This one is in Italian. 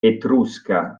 etrusca